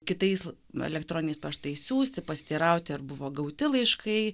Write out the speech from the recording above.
kitais elektroniniais paštais siųsti pasiteirauti ar buvo gauti laiškai